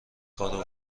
کار